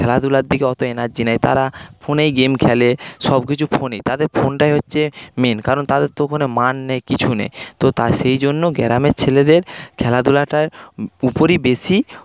খেলাধূলার দিকে অত এনার্জি নেই তারা ফোনেই গেম খেলে সবকিছু ফোনে তাদের ফোনটাই হচ্ছে মেইন কারণ তাদের তো ওখানে মাঠ নেই কিছু নেই তো সেই জন্য গ্রামের ছেলেদের খেলাধূলাটার উপরই বেশি